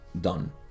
done